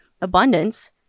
Abundance